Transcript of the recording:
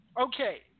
okay